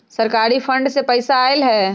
सरकारी फंड से पईसा आयल ह?